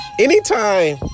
Anytime